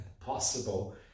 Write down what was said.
possible